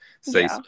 say